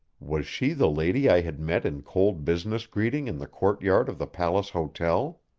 was she the lady i had met in cold business greeting in the courtyard of the palace hotel?